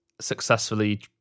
successfully